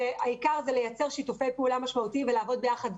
והעיקר זה לייצר שיתופי פעולה משמעותיים ולעבוד ביחד.